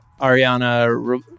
Ariana